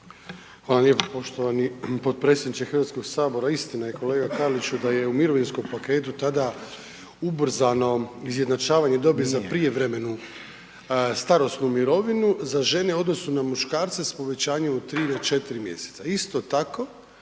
Hvala lijepo poštovani potpredsjedniče HS-a. Istina je, kolega Karliću da je u mirovinskom paketu tada ubrzano izjednačavanje dobi za prijevremenu starosnu mirovinu za žene u odnosu na muškarce s povećanjem 3 do 4 mjeseca. Isto tako,